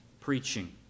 preaching